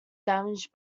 damaged